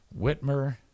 Whitmer